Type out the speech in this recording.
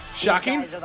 Shocking